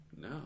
No